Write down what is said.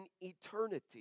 eternity